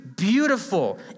beautiful